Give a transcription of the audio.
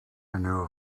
knew